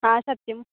हा सत्यं